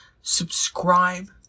subscribe